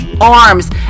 arms